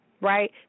right